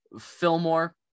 Fillmore